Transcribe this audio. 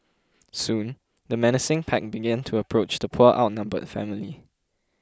soon the menacing pack began to approach the poor outnumbered family